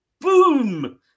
Boom